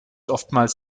oftmals